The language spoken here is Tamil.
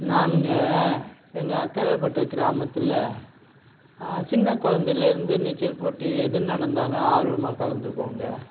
நாங்கள் எங்கள் அக்கரைப்பட்டி கிராமத்தில் சின்ன குலந்தைல இருந்து நீச்சல் போட்டி எது நடந்தாலும் ஆர்வமாக கலந்துக்குவோங்கள்